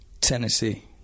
Tennessee